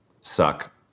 suck